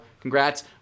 congrats